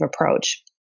approach